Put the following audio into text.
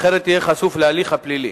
אחרת יהיה חשוף להליך הפלילי.